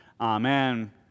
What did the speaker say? Amen